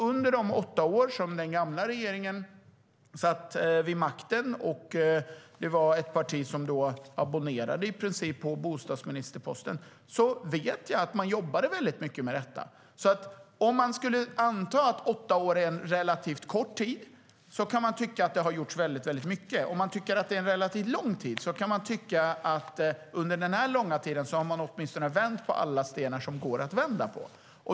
Under den gamla regeringens åtta år vid makten, då det var ett parti som i princip abonnerade på bostadsministerposten, vet jag att man jobbade mycket med detta. Anser man att åtta år är en relativt kort tid kan man tycka att det har gjorts mycket. Anser man att det är en relativt lång tid kan man tycka att regeringen under denna långa tid åtminstone vände på alla stenar som gick att vända på.